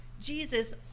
Jesus